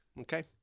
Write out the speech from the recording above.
Okay